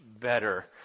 better